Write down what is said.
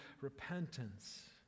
repentance